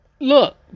look